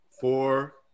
Four